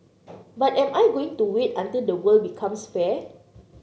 but am I going to wait until the world becomes fair